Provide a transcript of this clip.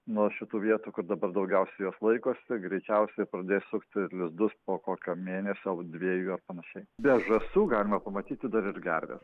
nuo šitų vietų kur dabar daugiausiai jos laikosi greičiausiai pradės sukti lizdus po kokio mėnesio dviejų ar panašiai bet žąsų galima pamatyti dar ir gerves